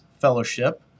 Fellowship